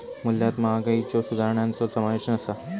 मूल्यात महागाईच्यो सुधारणांचो समावेश नसा